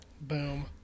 boom